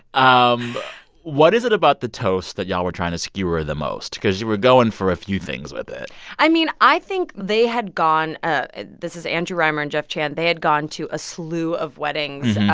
um what is it about the toast that y'all were trying to skewer the most? because you were going for a few things with it i mean, i think they had gone ah this is andrew rhymer and jeff chan they had gone to a slew of weddings